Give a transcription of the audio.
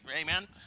Amen